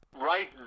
right